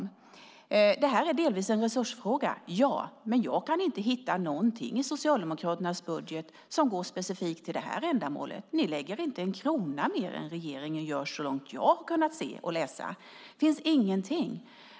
Det stämmer att detta delvis är en resursfråga. Men jag kan inte hitta någonting i Socialdemokraternas budget som går specifikt till detta ändamål. Ni lägger inte en krona mer än regeringen gör, så långt jag har kunnat se och läsa. Det finns ingenting!